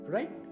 Right